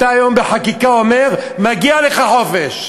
אתה היום בחקיקה אומר: מגיע לך חופש,